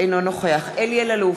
אינו נוכח אלי אלאלוף,